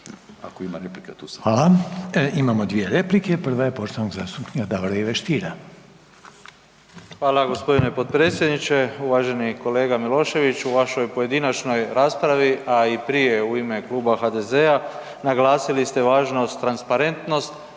Hvala. Imamo 2 replike, prva je poštovanog zastupnika Davora Ive Stiera. **Stier, Davor Ivo (HDZ)** Hvala gospodine potpredsjedniče. Uvaženi kolega Milošević u vašoj pojedinačnoj raspravi, a i prije u ime Kluba HDZ-a naglasili ste važnost transparentnost,